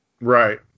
Right